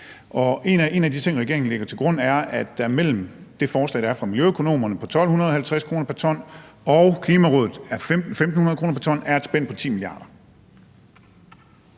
En af de ting, regeringen lægger til grund, er, at der mellem det forslag, der er fra miljøøkonomerne på 1.250 kr. pr. t og Klimarådets 1.500 kr. pr. t, er et spænd på 10 mia. kr.